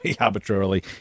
arbitrarily